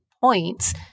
points